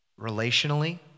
relationally